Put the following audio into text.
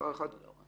לסעיף הספציפי הזה.